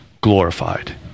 glorified